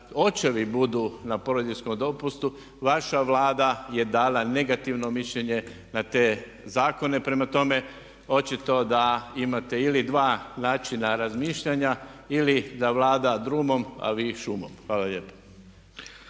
očevi budu na porodiljinom dopustu. Vaša Vlada je dala negativno mišljenje na te zakone. Prema tome, očito da imate ili dva načina razmišljanja ili da Vlada drugom a vi šumom. Hvala lijepo.